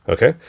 Okay